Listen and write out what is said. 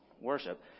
worship